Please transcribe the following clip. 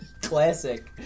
classic